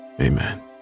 Amen